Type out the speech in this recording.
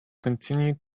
continue